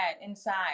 inside